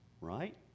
right